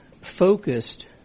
focused